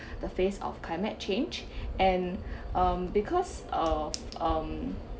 the face of climate change and um because uh um